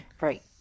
Right